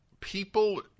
People